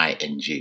ing